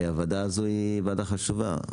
הוועדה הזו היא ועדה חשובה,